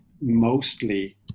mostly